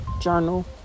Journal